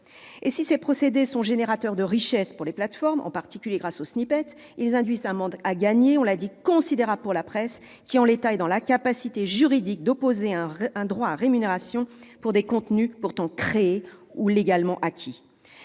Si ces procédés sont créateurs de richesse pour les plateformes, en particulier grâce aux, ils induisent un manque à gagner considérable pour la presse, qui, en l'état actuel du droit, est dans l'incapacité juridique d'opposer un droit à rémunération pour des contenus pourtant créés ou légalement acquis